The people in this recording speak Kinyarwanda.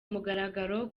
mugaragaro